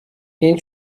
این